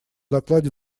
докладе